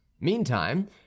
meantime